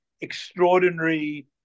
extraordinary